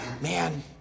man